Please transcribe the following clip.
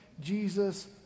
Jesus